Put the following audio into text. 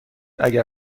اگر